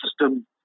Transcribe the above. system